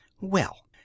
Well